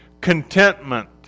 contentment